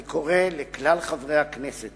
אני קורא לכלל חברי הכנסת